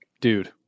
Dude